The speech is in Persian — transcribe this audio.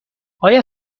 آیا